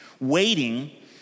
waiting